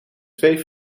twee